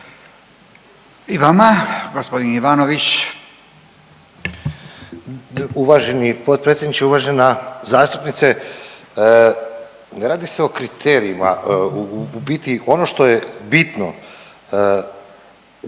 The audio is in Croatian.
I vama. Gospodin Ivanović.